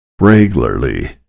regularly